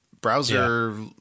Browser